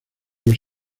los